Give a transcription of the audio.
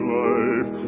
life